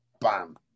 bam